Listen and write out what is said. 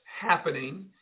happening